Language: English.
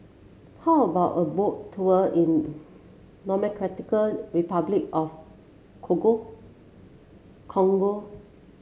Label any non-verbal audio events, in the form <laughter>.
how about a Boat Tour in Democratic Republic of <unintelligible> Congo